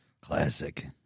classic